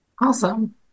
Awesome